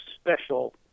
special